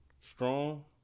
Strong